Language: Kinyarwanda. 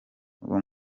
uwo